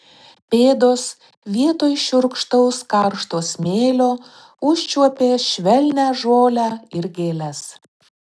pėdos vietoj šiurkštaus karšto smėlio užčiuopė švelnią žolę ir gėles